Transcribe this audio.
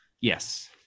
Yes